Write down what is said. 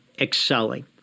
excelling